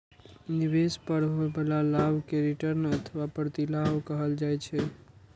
निवेश पर होइ बला लाभ कें रिटर्न अथवा प्रतिलाभ कहल जाइ छै